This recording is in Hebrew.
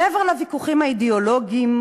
מעבר לוויכוחים האידיאולוגיים,